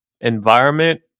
environment